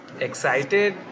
Excited